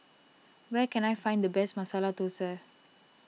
where can I find the best Masala Dosa